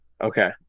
Okay